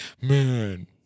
man